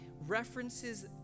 references